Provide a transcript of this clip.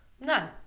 None